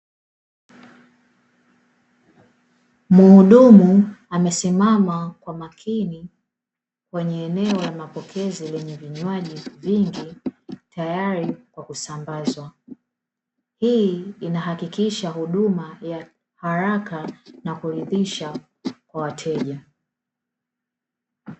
Mhudumu amesimama kwa makini kwenye eneo la mapokezi lenye vinywaji vingi tayari kwa kusambazwa, hii inahakikisha huduma ya haraka na kuridhisha kwa wateja.